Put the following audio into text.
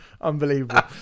Unbelievable